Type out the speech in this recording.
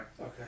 Okay